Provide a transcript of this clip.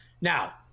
Now